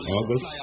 August